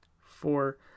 four